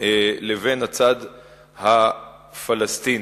לבין הצד הפלסטיני.